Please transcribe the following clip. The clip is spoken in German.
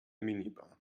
minibar